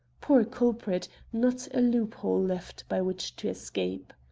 poor culprit, not a loophole left by which to escape!